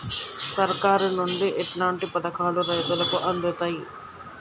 సర్కారు నుండి ఎట్లాంటి పథకాలు రైతులకి అందుతయ్?